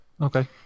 okay